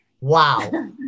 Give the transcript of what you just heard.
wow